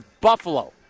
Buffalo